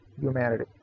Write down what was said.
humanity